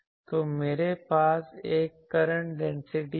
तो मेरे पास एक करंट डेंसिटी है